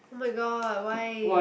oh-my-god why